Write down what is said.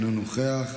אינו נוכח,